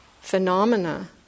phenomena